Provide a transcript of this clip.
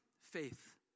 faith